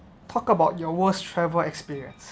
talk about your worst travel experience